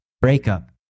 Breakup